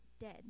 dead